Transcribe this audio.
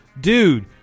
Dude